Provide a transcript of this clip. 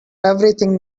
everything